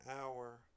hour